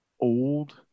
old